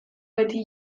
beti